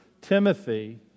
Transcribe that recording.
Timothy